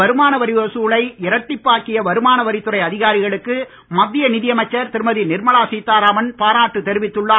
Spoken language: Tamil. கடந்த ஐந்தாண்டுகளில் வருமான வரி வசூலை இரட்டிப்பாக்கிய வருமான வரித்துறை அதிகாரிகளுக்கு மத்திய நிதி அமைச்சர் திருமதி நிர்மலா சீதாராமன் பாராட்டு தெரிவித்துள்ளார்